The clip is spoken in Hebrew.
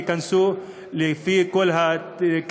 והן ייכנסו לפי כל הקטגוריות,